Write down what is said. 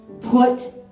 Put